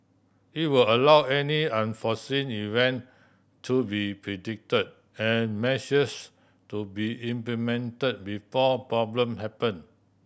it will allow any unforeseen event to be predict and measures to be implement before problem happen